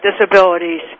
disabilities